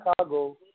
Chicago